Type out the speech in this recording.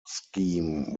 scheme